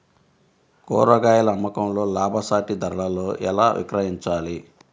కూరగాయాల అమ్మకంలో లాభసాటి ధరలలో ఎలా విక్రయించాలి?